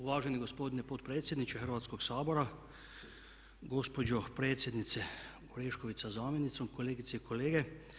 Uvaženi gospodine potpredsjedniče Hrvatskoga sabora, gospođo predsjednice Orešković sa zamjenicom, kolegice i kolege.